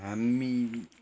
हामी